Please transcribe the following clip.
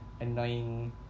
annoying